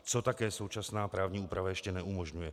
Co také současná právní úprava ještě neumožňuje?